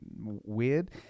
weird